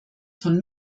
von